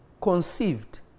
conceived